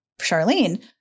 Charlene